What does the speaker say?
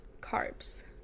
carbs